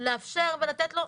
לאפשר ולתת לו,